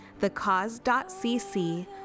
thecause.cc